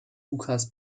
lucas